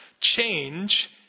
change